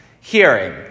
hearing